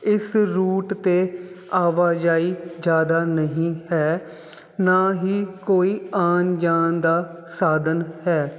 ਇਸ ਰੂਟ 'ਤੇ ਆਵਾਜਾਈ ਜ਼ਿਆਦਾ ਨਹੀਂ ਹੈ ਨਾ ਹੀ ਕੋਈ ਆਉਣ ਜਾਣ ਦਾ ਸਾਧਨ ਹੈ